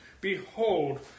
Behold